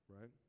right